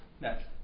Next